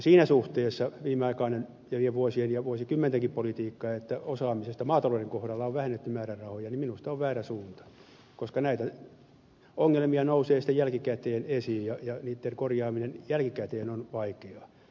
siinä suhteessa viimeaikainen vuosien ja vuosikymmentenkin politiikka että osaamisesta maatalouden kohdalla on vähennetty määrärahoja on minusta väärä suunta koska näitä ongelmia nousee sitten jälkikäteen esiin ja niitten korjaaminen jälkikäteen on vaikeaa